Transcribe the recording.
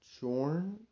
Chorn